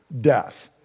death